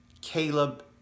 Caleb